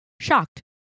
shocked